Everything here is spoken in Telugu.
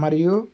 మరియు